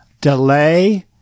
delay